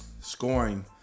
scoring